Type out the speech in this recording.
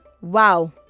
Wow